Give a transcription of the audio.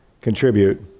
Contribute